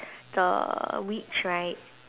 the witch right